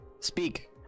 Speak